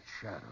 shadow